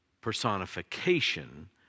personification